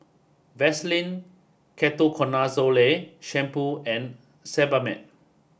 Vaselin Ketoconazole shampoo and Sebamed